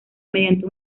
mediante